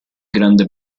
grande